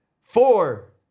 Four